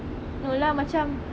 no lah macam